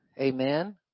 Amen